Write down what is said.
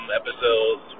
episodes